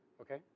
okay